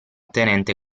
tenente